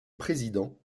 président